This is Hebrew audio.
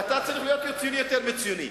אתה צריך להיות ציוני יותר מציוני.